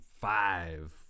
five